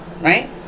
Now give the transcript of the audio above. Right